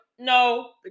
No